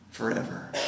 forever